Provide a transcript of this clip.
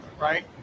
right